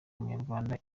umunyarwanda